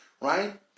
right